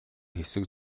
хэсэг